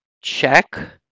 Check